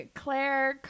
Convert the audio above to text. claire